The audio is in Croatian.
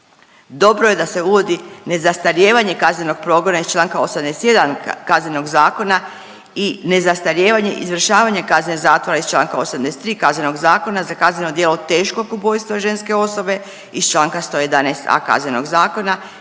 Dobro je da se uvodi nezastarijevanje kaznenog progona iz članka 81. Kaznenog zakona i nezastarijevanje izvršavanje kazne zatvora iz članka 83. Kaznenog zakona za kazneno djelo teškog ubojstva ženske osobe iz članka 111a. Kaznenog zakona